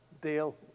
deal